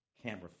Camera